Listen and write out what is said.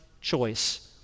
choice